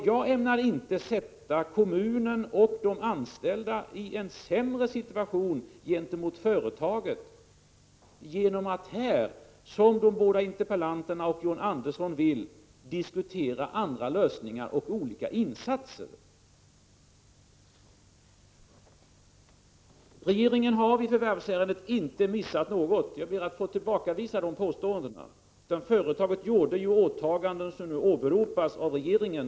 Jag ämnar inte sätta kommunen och de anställda i en sämre situation gentemot företaget genom att här, som de båda interpellanterna och John Andersson vill, diskutera andra lösningar och olika insatser. Regeringen har inte missat något i förvärvsärendet. Jag ber att få tillbakavisa dessa påståenden. Företaget gjorde ju åtaganden mot Rauma Repola som nu åberopas av regeringen.